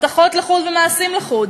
הבטחות לחוד ומעשים לחוד.